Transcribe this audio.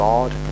God